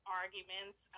arguments